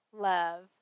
love